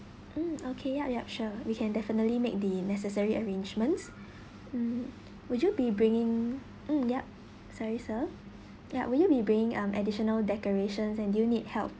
mm okay yup yup sure we can definitely make the necessary arrangements mm would you be bringing mm yup sorry sir ya will you be bringing um additional decorations and you need help